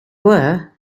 were